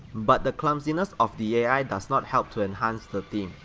but the clumsiness of the ai does not help to enhance the theme.